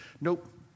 nope